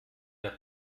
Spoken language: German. der